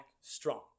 strong